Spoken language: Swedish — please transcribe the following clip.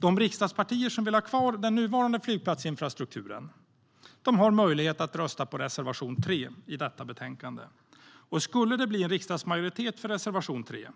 De riksdagspartier som vill ha kvar den nuvarande flygplatsinfrastrukturen har möjlighet att rösta på reservation 3 i detta betänkande. Skulle det bli en riksdagsmajoritet för reservation 3